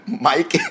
Mike